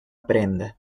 prenda